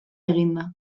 eginda